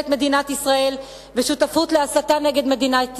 את מדינת ישראל ושותפות להסתה נגד מדינת ישראל.